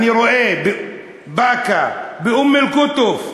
אני רואה בבאקה, באום אל-קוטוף,